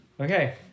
Okay